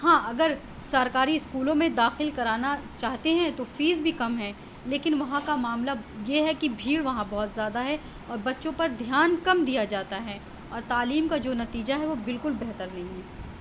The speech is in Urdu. ہاں اگر سرکاری اسکولوں میں داخل کرانا چاہتے ہیں تو فیس بھی کم ہے لیکن وہاں کا معاملہ یہ ہے کہ بھیڑ وہاں بہت زیادہ ہے اور بچوں پر دھیان کم دیا جاتا ہے اور تعلیم کا جو نتیجہ ہے وہ بالکل بہتر نہیں ہے